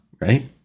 right